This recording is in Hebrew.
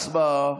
הצבעה.